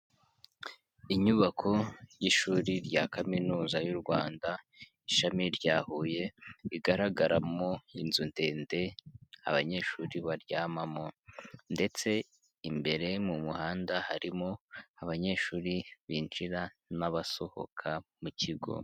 Inyubako y'ishuri rya kaminuza y'u Rwanda ishami rya Huye rigaragaramo inzu ndende abanyeshuri baryamamo ndetse imbere mu muhanda harimo abanyeshuri binjira n'abasohoka mu kigo.